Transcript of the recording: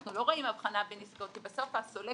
אנחנו לא רואים הבחנה בין עסקאות, כי בסוף השוק